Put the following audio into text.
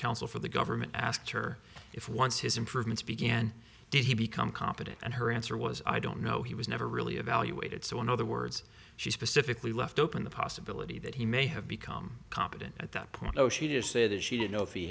counsel for the government asked her if once his improvements began did he become competent and her answer was i don't know he was never really evaluated so in other words she specifically left open the possibility that he may have become competent at that point though she did say that she didn't know if he